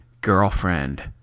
girlfriend